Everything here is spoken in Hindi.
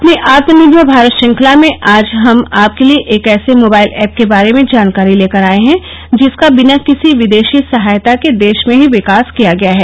अपनी आत्मनिर्भर भारत श्रृंखला में आज हम आपके लिए एक ऐसे मोबाइल ऐप के बारे में जानकारी लेकर आए है जिसका विना किसी विदेशी सहायता के देश में ही विकास किया गया है